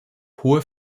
hohe